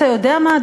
אתה יודע מה,